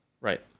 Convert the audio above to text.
Right